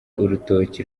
urutoki